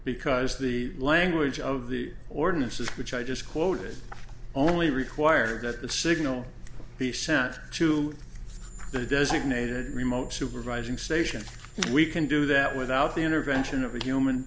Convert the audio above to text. because the language of the ordinances which i just quoted only require that the signal be sent to the designated remote supervising station we can do that without the intervention of a human